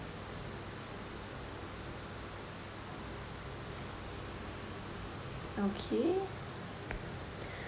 okay